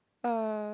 uh